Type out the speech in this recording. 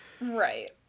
Right